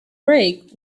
break